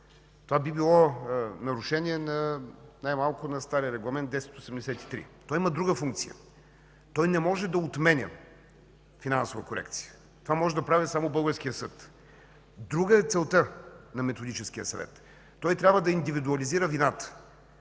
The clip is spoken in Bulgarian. Това би било нарушение най-малко на стария Регламент 1083. Той има друга функция. Той не може да отменя финансова корекция. Това може да прави само българският съд. Друга е целта на Методическия съвет. Той трябва да индивидуализира вината.